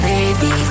Baby